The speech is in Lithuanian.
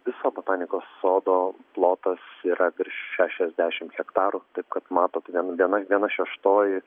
viso botanikos sodo plotas yra virš šešiasdešim hektarų taip kad matot vien viena viena šeštoji